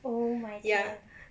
oh my 天